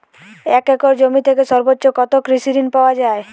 এক একর জমি থেকে সর্বোচ্চ কত কৃষিঋণ পাওয়া য়ায়?